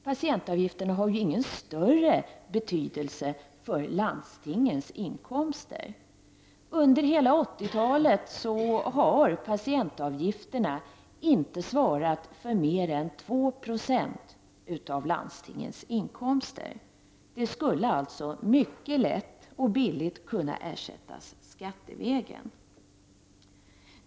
Patientavgifterna har ju inte någon större betydelse för landstingens inkomster. Under hela 80-talet har patientavgifterna inte svarat för mer än 2 Yo av landstingens inkomster. De skulle alltså mycket lätt och billigt kunna ersättas skattevägen.